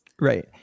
Right